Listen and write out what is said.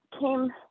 came